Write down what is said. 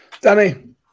Danny